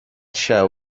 shall